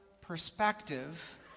perspective